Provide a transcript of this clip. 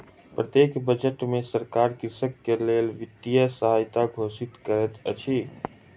प्रत्येक बजट में सरकार कृषक के लेल वित्तीय सहायता घोषित करैत अछि